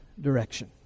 direction